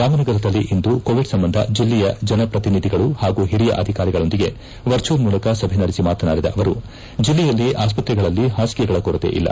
ರಾಮನಗರದಲ್ಲಿಂದು Covid ಸಂಬಂಧ ಜಿಲ್ಲೆಯ ಜನಪ್ರತಿನಿಧಿಗಳು ಹಾಗೂ ಹಿರಿಯ ಅಧಿಕಾರಿಗಳೊಂದಿಗೆ ವರ್ಚ್ಯವಲ್ ಮೂಲಕ ಸಭೆ ನಡೆಸಿ ಮಾತನಾಡಿದ ಅವರು ಜಿಲ್ಲೆಯಲ್ಲಿ ಆಸ್ತತ್ರೆಗಳಲ್ಲಿ ಹಾಸಿಗೆಗಳ ಕೊರತೆ ಇಲ್ಲ